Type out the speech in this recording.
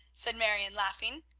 said marion, laughing.